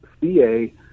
C-A